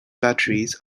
batteries